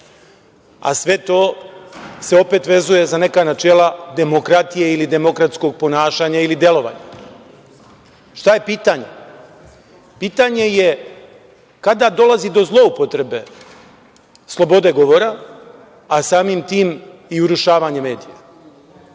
a sve to se opet vezuje za neka načela demokratije ili demokratskog ponašanja ili delovanja. Šta je pitanje? Pitanje je kada dolazi do zloupotrebe slobode govora, a samim tim i urušavanje medija.